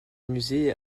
musée